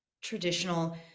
traditional